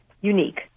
unique